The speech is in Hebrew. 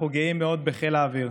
אנחנו גאים מאוד בחיל האוויר,